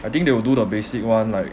I think they would do the basic one like